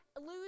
lose